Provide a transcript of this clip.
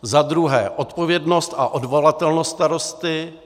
Zadruhé odpovědnost a odvolatelnost starosty.